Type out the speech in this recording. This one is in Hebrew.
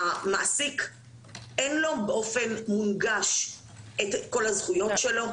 למעסיק אין באופן מונגש את כל הזכויות שלו.